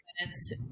minutes